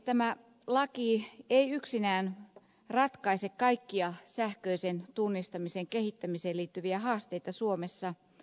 tämä laki ei yksinään ratkaise kaikkia sähköisen tunnistamisen kehittämiseen liittyviä haasteita suomessa